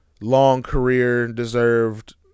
long-career-deserved